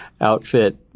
outfit